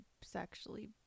sexually